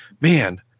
man